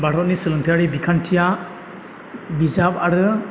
भारतनि सोलोंथाइयारि बिखान्थिया बिजाब आरो